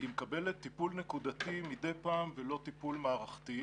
היא מקבלת טיפול נקודתי מדי פעם ולא טיפול מערכתי.